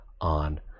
on